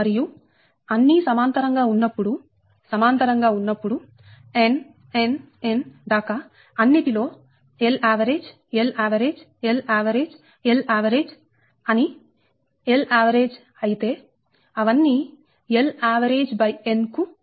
మరియు అన్ని సమాంతరం గా ఉన్నప్పుడు సమాంతరం గా ఉన్నప్పుడు n n n దాకా అన్నిటిలో Lavg Lavg Lavg Lavg అన్ని Lavg అయితే అవన్నీ Lavgn కు సమానమైనది